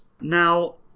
Now